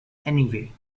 anyway